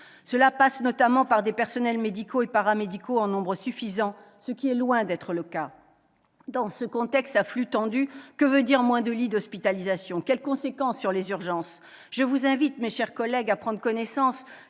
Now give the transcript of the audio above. Cela passe notamment par des personnels médicaux et paramédicaux en nombre suffisant, ce qui est loin d'être le cas. Dans ce contexte de flux tendu, que veut dire « moins de lits d'hospitalisation »? Quelles conséquences sur les urgences ? Je vous invite, mes chers collègues, à prendre connaissance